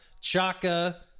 Chaka